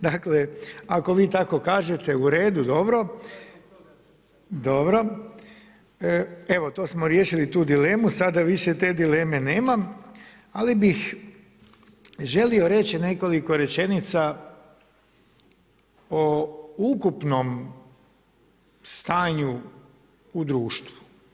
Dakle, ako vi tako kažete u redu, dobro… ... [[Upadica: ne čuje se.]] Evo, to smo riješili tu dilemu, sada više te dileme nemam, ali bih želio reći nekoliko rečenica o ukupnom stanju u društvu.